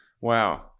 Wow